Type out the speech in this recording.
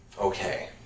Okay